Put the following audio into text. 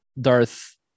Darth